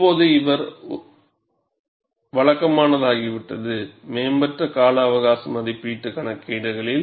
இப்போது இது ஒரு வழக்கமானதாகிவிட்டது மேம்பட்ட கால அவகாச மதிப்பீட்டு கணக்கீடுகளில்